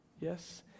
yes